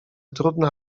trudna